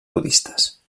budistes